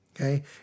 Okay